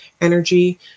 energy